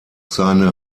seine